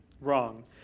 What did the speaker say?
wrong